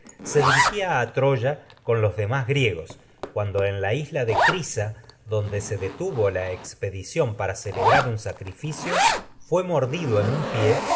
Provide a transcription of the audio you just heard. se dirigía la isla a troya con los demás griegos cuando se en de crisa donde un detuvo la expedición para celebrar en sacrificio fué mordido a en un pie